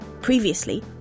Previously